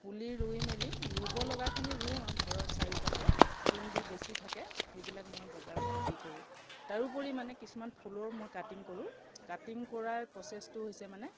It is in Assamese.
পুলি ৰুই মেলি ৰুব লগাখিনি ৰুওঁ ঘৰৰ চাৰিওকাষে যোনবোৰ বেছি থাকে সেইবিলাক মই বজাৰত বিক্ৰী কৰোঁ তাৰোপৰি মানে কিছুমান ফুলৰ মই কাটিং কৰোঁ কাটিং কৰাৰ প্ৰচেছটো হৈছে মানে